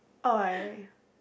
oh I